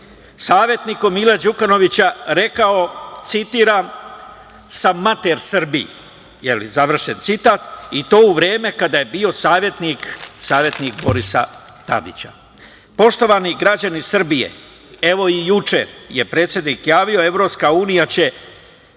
savetnikom Mila Đukanovića rekao „Sa mater Srbiji.“ Završen citat i to u vreme kada je bio savetnik Borisa Tadića. Poštovani građani Srbije, evo i juče je predsednik javio, EU će